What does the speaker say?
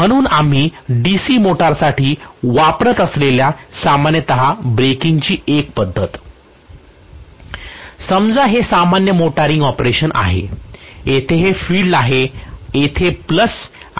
म्हणून आम्ही DC मोटरसाठी वापरत असलेल्या सामान्यत ब्रेकिंगची एक पद्धत समजा हे सामान्य मोटरिंग ऑपरेशन आहे येथे हे फील्ड आहे आणि येथे प्लस व मायनससह आर्मेचर सप्लाय आहे